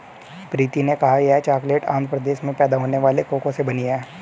प्रीति ने कहा यह चॉकलेट आंध्र प्रदेश में पैदा होने वाले कोको से बनी है